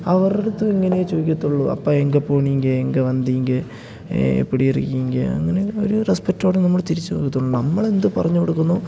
അവരുടെയടുത്ത് ഇങ്ങനെയെ ചോദിക്കുകയുള്ളൂ അപ്പാ എങ്ക പോണീങ്കേ എങ്ക വന്തീങ്കേ എപ്പടി ഇറ്ക്കീങ്കേ അങ്ങനെ ഒരു റെസ്പെക്റ്റോടെയെ നമ്മൾ തിരിച്ച് നോക്കുകയുള്ളൂ നമ്മളെന്ത് പറഞ്ഞുകൊടുക്കുന്നുവോ